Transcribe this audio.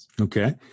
Okay